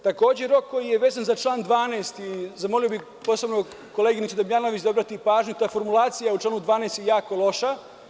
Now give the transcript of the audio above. Takođe, rok koji je vezan za član 12, zamolio bih posebno koleginicu Damnjanović da obrati pažnju, formulacija u članu 12. je jako loša.